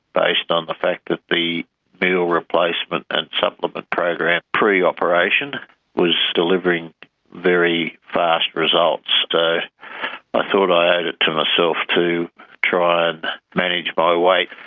based on the fact that the meal replacement and supplement program pre-operation was delivering very fast results. so but i thought i owed it to myself to try and manage my weight.